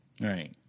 Right